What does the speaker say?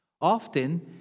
Often